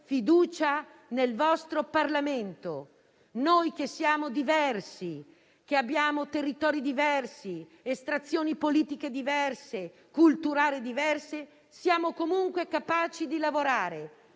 fiducia nel vostro Parlamento. Noi, che siamo diversi e proveniamo da territori ed estrazioni politiche e culturali diverse, siamo comunque capaci di lavorare.